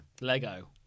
Lego